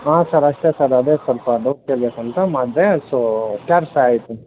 ಹಾಂ ಸರ್ ಅಷ್ಟೇ ಸರ್ ಅದೇ ಸ್ವಲ್ಪ ಡೌಟ್ ಕೇಳಬೇಕಂತ ಮಾಡಿದೆ ಸೊ ಕ್ಲ್ಯಾರಿಫೈ ಆಯಿತು